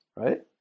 Right